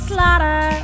Slaughter